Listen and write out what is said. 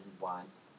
wines